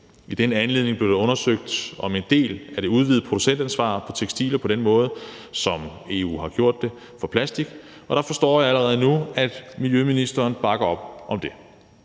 I den anledning bliver det undersøgt, om en del af det udvidede producentansvar på tekstiler kan udformes på den måde, som EU har gjort det for plastik, og jeg forstår allerede nu, at miljøministeren bakker op om det.